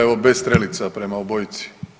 Evo bez strelica prema obojici.